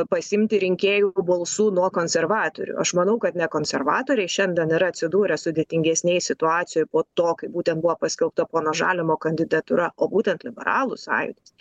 pasiimti rinkėjų balsų nuo konservatorių aš manau kad ne konservatoriai šiandien yra atsidūrę sudėtingesnėj situacijoj po to kai būtent buvo paskelbta pono žalimo kandidatūra o būtent liberalų sąjūdis